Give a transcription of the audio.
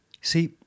See